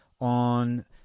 on